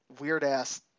weird-ass